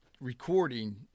recording